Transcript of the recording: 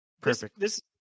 perfect